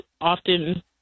often –